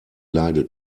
leide